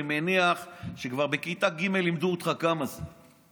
אני מניח שכבר בכיתה ג' לימדו אותך כמה זה.